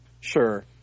sure